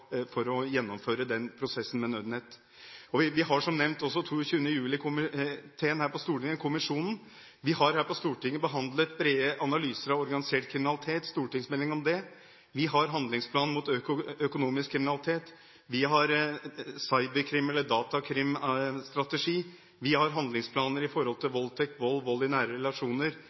gjennomføre prosessen med Nødnett. Vi har som nevnt også 22. juli-komiteen her på Stortinget. Vi har her på Stortinget behandlet en stortingsmelding om organisert kriminalitet, brede analyser av det, vi har handlingsplanen mot økonomisk kriminalitet, vi har en cyberkrimstrategi, en datakrimstrategi, vi har handlingsplaner om voldtekt, vold, vold i nære relasjoner,